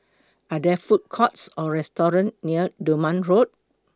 Are There Food Courts Or restaurants near Dunman Road